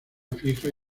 fija